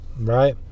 Right